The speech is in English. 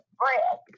bread